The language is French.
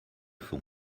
fond